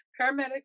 Paramedics